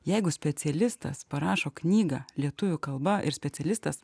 jeigu specialistas parašo knygą lietuvių kalba ir specialistas